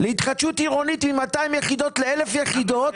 להתחדשות עירונית מ-200 יחידות ל-1,000 יחידות